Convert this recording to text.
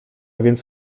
więc